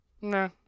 nah